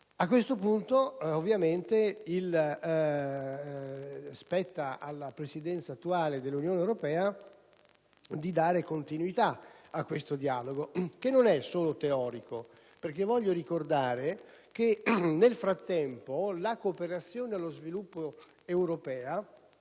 A questo punto, ovviamente, spetta alla Presidenza attuale dell'Unione europea dare continuità a tale dialogo, che non è solo teorico, perché voglio ricordare che nel frattempo la cooperazione allo sviluppo europea